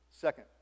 Second